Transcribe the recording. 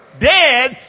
dead